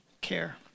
care